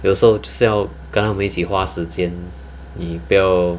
有时候就是要跟他们一起花时间 mm 不要